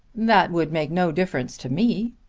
that would make no difference to me,